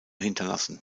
hinterlassen